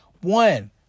One